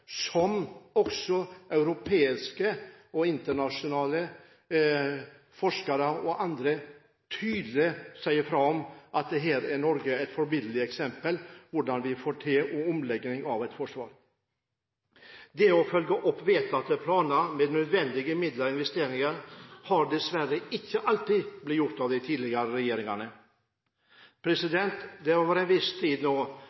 og også europeiske og internasjonale forskere og andre sier tydelig fra om at Norge er et forbilledlig eksempel med tanke på hvordan vi får til omleggingen av et forsvar. Det å følge opp vedtatte planer med nødvendige midler og investeringer har dessverre ikke alltid blitt gjort av de tidligere regjeringene.